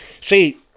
See